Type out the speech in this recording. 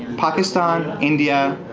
pakistan, india,